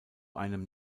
einem